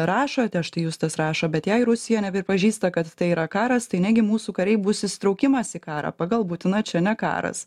rašote štai justas rašo bet jei rusija nepripažįsta kad tai yra karas tai negi mūsų kariai bus įsitraukimas į karą pagal putiną čia ne karas